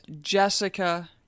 Jessica